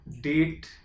date